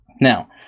Now